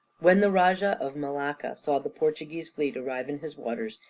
when the rajah of malacca saw the portuguese fleet arrive in his waters,